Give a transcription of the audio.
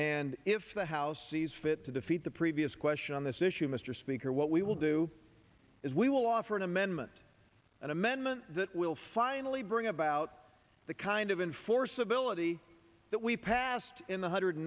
and if the house sees fit to defeat the previous question on this issue mr speaker what we will do is we will offer an amendment an amendment that will finally bring about the kind of and for civility that we passed in the hundred